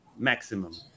maximum